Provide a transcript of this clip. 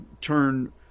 turn